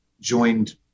joined